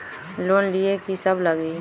Loan लिए की सब लगी?